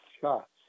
shots